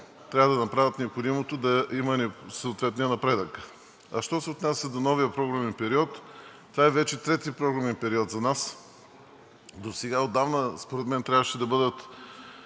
трябва да направят необходимото да има съответния напредък. Що се отнася до новия програмен период – това е вече трети програмен период за нас. Отдавна според мен трябваше да бъдат